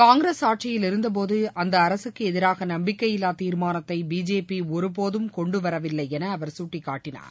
காங்கிரஸ் ஆட்சியில் இருந்தபோது அந்த அரசுக்கு எதிராக நம்பிக்கையில்லா தீர்மானத்தை பிஜேபி ஒருபோதும் கொண்டுவரவில்லை என அவர் சுட்டிக்காட்டினார்